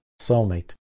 soulmate